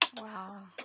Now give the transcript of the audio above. Wow